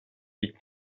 huit